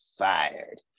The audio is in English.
fired